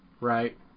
right